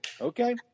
Okay